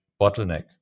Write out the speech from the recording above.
bottleneck